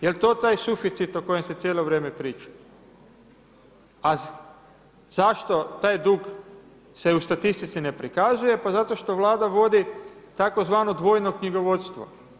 Jel to taj suficit o kojem se cijelo vrijeme priča? … zašto taj dug se u statistici se ne prikazuje, pa zato što Vlada vodi, tzv. dvojno knjigovodstvo.